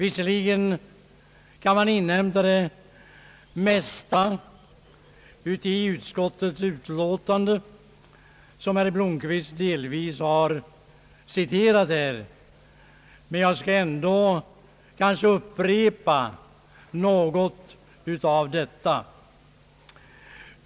Visserligen kan man inhämta det mesta av utskottets utlåtande, som herr Blomquist delvis har citerat, men jag skall ändå upprepa något av detta.